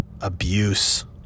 abuse